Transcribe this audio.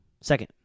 Second